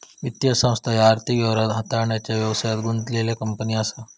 वित्तीय संस्था ह्या आर्थिक व्यवहार हाताळण्याचा व्यवसायात गुंतलेल्यो कंपनी असा